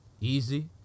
easy